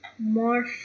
more